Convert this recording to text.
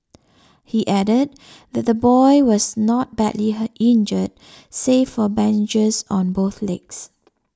he added that the boy was not badly her injured save for bandages on both legs